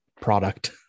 product